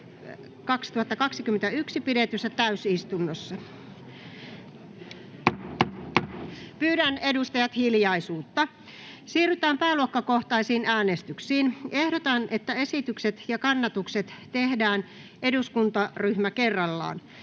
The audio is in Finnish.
pidetyssä täysistunnossa. — Pyydän, edustajat, hiljaisuutta. Siirrytään pääluokkakohtaisiin äänestyksiin. Ehdotan, että esitykset ja kannatukset tehdään eduskuntaryhmä kerrallaan.